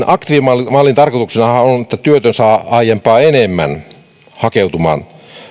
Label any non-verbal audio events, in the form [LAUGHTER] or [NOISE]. [UNINTELLIGIBLE] aktiivimallin tarkoituksenahan on että työttömiä saa aiempaa enemmän hakeutumaan